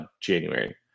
January